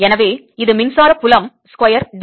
எனவே இது மின்சார புலம் ஸ்கொயர் dV